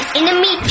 enemy